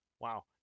Wow